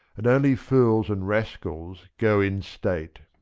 and only fools and rascals go in state.